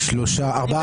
מי נמנע?